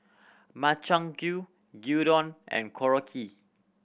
Makchang Gui Gyudon and Korokke